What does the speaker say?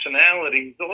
personalities